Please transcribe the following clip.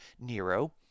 Nero